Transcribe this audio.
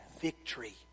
victory